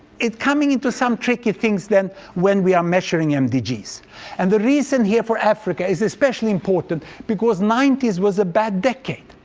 it's coming into some tricky things then when we are measuring um mdgs. and the reason here for africa is especially important, because ninety s was a bad decade,